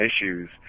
issues